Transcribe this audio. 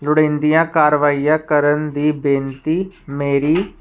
ਲੋੜੀਂਦੀਆਂ ਕਾਰਵਾਈਆਂ ਕਰਨ ਦੀ ਬੇਨਤੀ ਮੇਰੀ